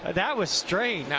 that was strange.